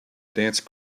dance